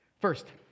First